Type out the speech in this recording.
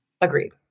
Agreed